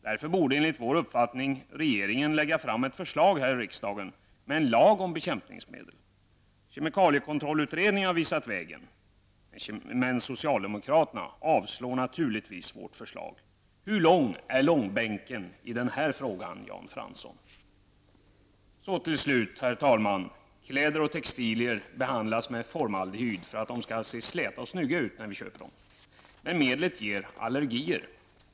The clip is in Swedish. Därför borde enligt vår uppfattning regeringen lägga fram ett förslag här i riksdagen om en lag om bekämpningsmedel. Kemikaliekontrollutredningen har visat vägen. Men socialdemokraterna avslår naturligtvis vårt förslag. Hur lång är långbänken i den här frågan, Herr talman! Jag vill till slut säga följande. Kläder och textilier behandlas med formaldehyd för att de skall se släta och snygga ut när vi köper dem. Men medlet ger allergier.